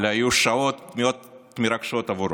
ואלה היו שעות מאוד מרגשות עבורו.